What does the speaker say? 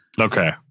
Okay